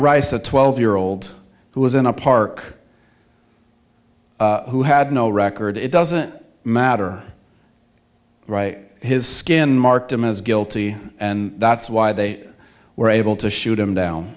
rice a twelve year old who was in a park who had no record it doesn't matter right his skin marked him as guilty and that's why they were able to shoot him down